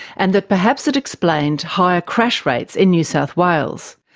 and that perhaps it explained higher crash rates in new south wales.